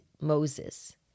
Moses